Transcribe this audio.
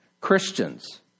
Christians